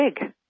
big